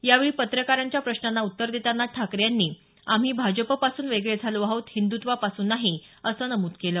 यावेळी पत्रकारांच्या प्रश्नांना उत्तर देताना ठाकरे यांनी आम्ही भाजपापासून वेगळे झालो आहोत हिंदृत्वापासून नाही असं नमूद केलं